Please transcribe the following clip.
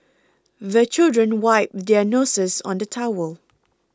the children wipe their noses on the towel